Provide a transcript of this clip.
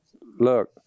look